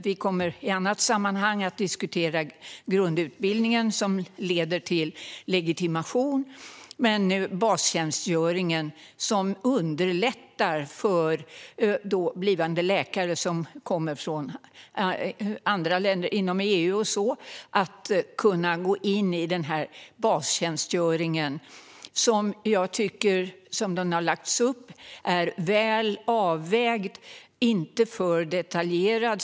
Vi kommer i annat sammanhang att diskutera grundutbildningen som leder till legitimation, men nu diskuterar vi bastjänstgöringen som underlättar för blivande läkare som kommer från andra länder, bland annat inom EU, att gå in i bastjänstgöringen. Jag tycker att uppläggningen av den är väl avvägd, inte för detaljerad.